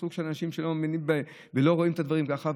סוג של אנשים שלא מבינים ולא רואים את הדברים ככה,